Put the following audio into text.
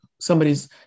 somebody's